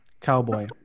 Cowboy